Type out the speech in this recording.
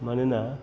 मानोना